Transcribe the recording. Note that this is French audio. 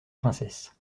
princesse